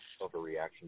overreaction